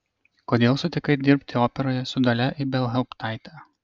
kodėl sutikai dirbti operoje su dalia ibelhauptaite